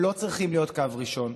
הם לא צריכים להיות קו ראשון,